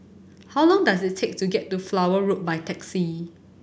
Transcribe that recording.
how long does it take to get to Flower Road by taxi